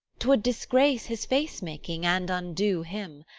twould disgrace his face-making, and undo him.